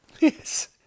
Yes